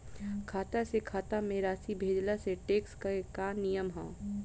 खाता से खाता में राशि भेजला से टेक्स के का नियम ह?